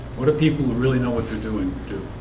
what are people who really know what they're doing to